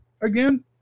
again